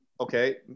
okay